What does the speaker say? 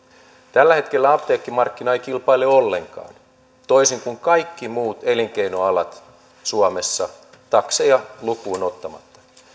tällä hetkellä apteekkimarkkina ei kilpaile ollenkaan toisin kuin kaikki muut elinkeinoalat suomessa takseja lukuun ottamatta